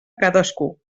cadascú